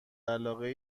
علاقه